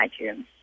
iTunes